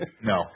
No